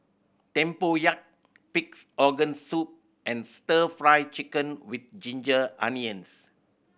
tempoyak Pig's Organ Soup and Stir Fry Chicken with ginger onions